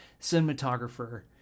cinematographer